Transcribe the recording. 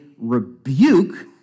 rebuke